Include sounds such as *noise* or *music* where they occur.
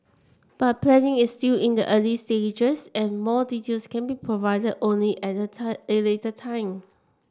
but planning is still in the early stages and more details can be provided only at a *unintelligible* later time